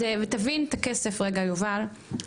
ותבין את הכסף רגע יובל,